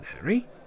Harry